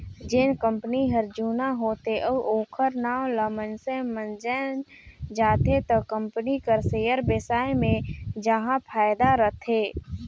जेन कंपनी हर जुना होथे अउ ओखर नांव ल मइनसे मन जाएन जाथे त कंपनी कर सेयर बेसाए मे जाहा फायदा रथे